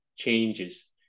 changes